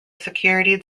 security